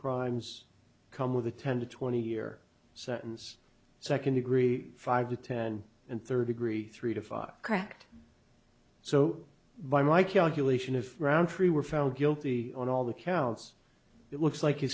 crimes come with a ten to twenty year sentence second degree five to ten and thirty three three to five cracked so by my calculation if roundtree were found guilty on all the counts it looks like